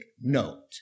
note